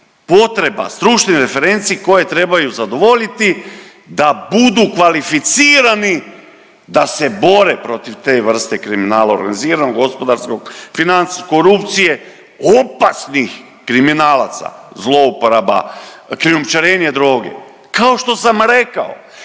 potreba, stručnih referenci koje trebaju zadovoljiti da budu kvalificirani da se bore protiv te vrste kriminala organiziranog, gospodarskog, financijskog, korupcije, opasnih kriminalaca, zlouporaba, krijumčarenje droge. Kao što sam rekao